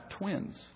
twins